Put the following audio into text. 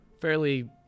fairly